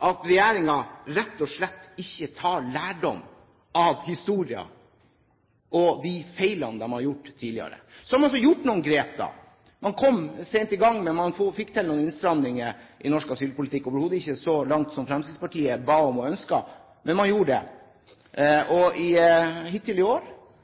at regjeringen rett og slett ikke tar lærdom av historien og de feilene man har gjort tidligere. Så har man også tatt noen grep. Man kom sent i gang, men man fikk til noen innstramninger i norsk asylpolitikk – man gikk overhodet ikke så langt som Fremskrittspartiet ba om og ønsket, men man gjorde det. Hittil i år ser heldigvis asyltilstrømningen til kongeriket ut til å gå ned i